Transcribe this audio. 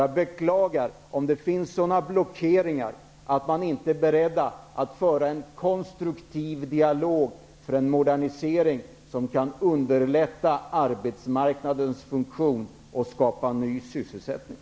Jag beklagar om det finns sådana blockeringar att man inte är beredd att föra en konstruktiv dialog för en modernisering som kan underlätta för arbetsmarknaden att fungera och som kan skapa ny sysselsättning.